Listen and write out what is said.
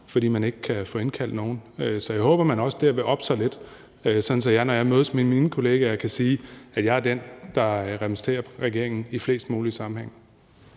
fordi man ikke kan få indkaldt til nogen samråd. Så jeg håber, at man også der vil oppe sig lidt, sådan at jeg, når jeg mødes med mine kollegaer, kan sige, at jeg er den, der repræsenterer regeringen i flest mulige sammenhænge.